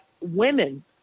women